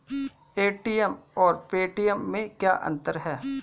ATM और Paytm में क्या अंतर है?